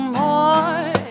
more